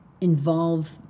involve